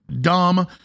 dumb